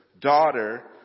daughter